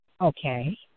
Okay